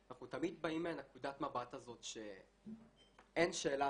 אנחנו תמיד באים מנקודת המבט הזאת שאין שאלה